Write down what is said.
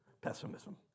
Pessimism